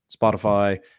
Spotify